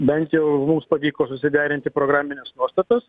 bent jau mums pavyko susiderinti programines nuostatas